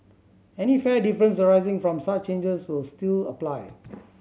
any fare difference arising from such changes will still apply